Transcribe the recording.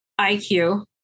IQ